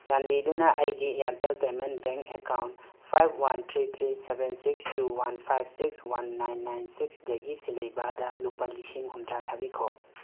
ꯆꯥꯟꯕꯤꯗꯨꯅ ꯑꯩꯒꯤ Airtel payment bank account five one three three seven six two one five six one nine nine ꯁꯤꯛꯁꯇꯒꯤ ꯁꯤꯜꯍꯩꯕꯗ ꯂꯨꯄꯥ ꯂꯤꯁꯤꯡ ꯍꯨꯝꯗ꯭ꯔꯥ ꯊꯥꯕꯤꯈꯣ